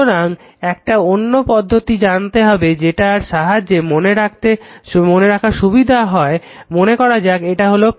সুতরাং একটা অন্য পদ্ধতি জানতে হবে যেটার সাহায্যে মনে রাখা সুবিধা হবে মনে করা যাক এটা হলো